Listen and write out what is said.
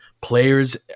Players